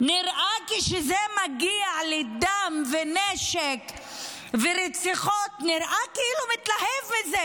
נראה שכשזה מגיע לדם ונשק ורציחות הוא נראה כאילו הוא מתלהב מזה.